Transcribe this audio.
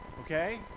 okay